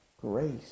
grace